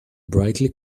brightly